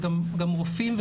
וגם רופאים,